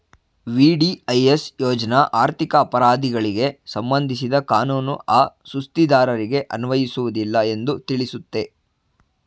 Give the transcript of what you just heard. VDIS ಯೋಜ್ನ ಆರ್ಥಿಕ ಅಪರಾಧಿಗಳಿಗೆ ಸಂಬಂಧಿಸಿದ ಕಾನೂನು ಆ ಸುಸ್ತಿದಾರರಿಗೆ ಅನ್ವಯಿಸುವುದಿಲ್ಲ ಎಂದು ತಿಳಿಸುತ್ತೆ